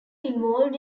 involved